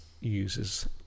uses